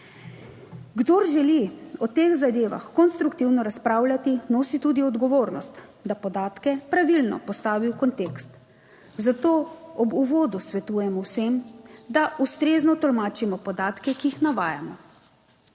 Kdor želi o teh zadevah konstruktivno razpravljati, nosi tudi odgovornost, da podatke pravilno postavi v kontekst, zato ob uvodu svetujemo vsem, da ustrezno tolmačimo podatke, ki jih navajamo.